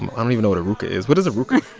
i don't even know what a ruca is. what is a ruca?